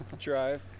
drive